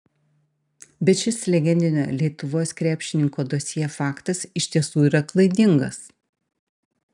bet šis legendinio lietuvos krepšininko dosjė faktas iš tiesų yra klaidingas